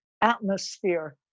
atmosphere